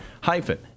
hyphen